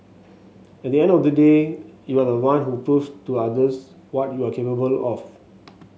at the end of the day you are the one who proves to others what you are capable of